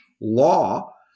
law